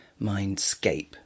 Mindscape